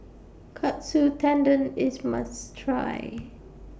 Katsu Tendon IS must Try